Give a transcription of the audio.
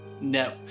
No